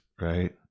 right